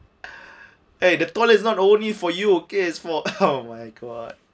!hey! the toilets not only for you okay is for oh my god